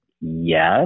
yes